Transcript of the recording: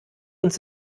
uns